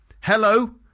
hello